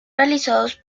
realizados